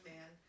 Man